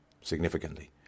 significantly